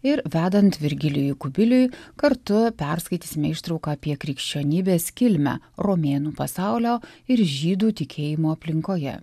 ir vedant virgilijui kubiliui kartu perskaitysime ištrauką apie krikščionybės kilmę romėnų pasaulio ir žydų tikėjimo aplinkoje